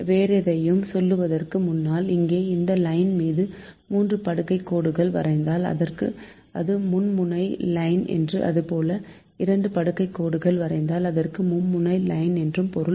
வேறுயெதுவும் சொல்வதற்கு முன்னால் இங்கே இந்த லைன் மீது மூன்று படுக்கை கோடுகள் வரைந்தால் அதற்கு அது மும்முனை லைன் என்றும் அதுபோல இரண்டு படுக்கை கோடுகள் வரைந்தால் அதற்கு ஒரு முனை லைன் என்றும் பொருள்